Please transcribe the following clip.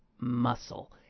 muscle